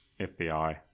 FBI